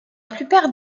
plupart